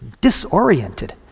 disoriented